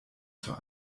zur